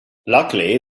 luckily